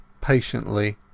patiently